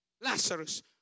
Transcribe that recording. Lazarus